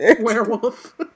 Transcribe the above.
Werewolf